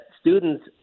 students